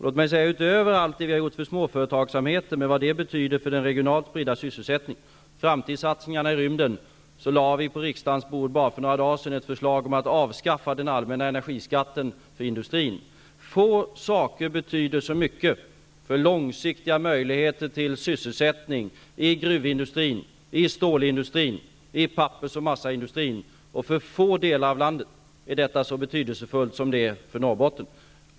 Låt mig utöver allt det som vi har gjort för småföretagsamheten och vad det betyder för den regionalt spridda sysselsättningen samt framtidssatsningarna i rymden, nämna att vi bara för några dagar sedan på riksdagens bord lade ett förslag om att avskaffa den allmänna energiskatten för industrin. Få saker betyder så mycket som detta för långsiktiga möjligheter till sysselsättning i gruvindustrin, i stålindustrin, i pappers och massaindustrin, och för få delar av landet är detta så betydelsefullt som det är för Norrbotten.